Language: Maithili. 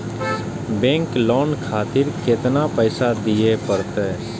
बैंक लोन खातीर केतना पैसा दीये परतें?